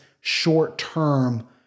short-term